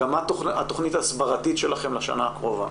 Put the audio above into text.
מה התכנית ההסברתית שלכם לשנה הקרובה.